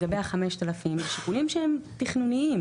לגבי ה-5,000 הם שיקולים תכנוניים,